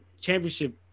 championship